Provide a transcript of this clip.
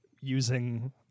Using